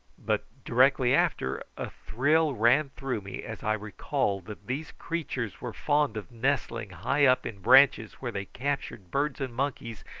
but directly after, a thrill ran through me as i recalled that these creatures were fond of nestling high up in branches, where they captured birds and monkeys,